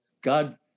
God